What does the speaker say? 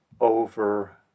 over